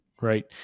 right